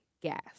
gas